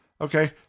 Okay